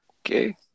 Okay